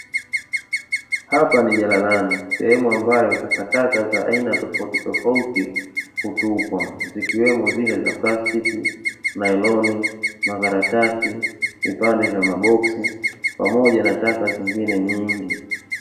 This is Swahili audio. Hapa ni jalalani sehemu ambayo takataka za aina tofauti tofauti hutupwa zikiwemo zile za plastiki, nailoni, makaratasi, vipande vya maboxi pamoja na taka zingine nyingi.